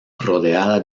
rodeada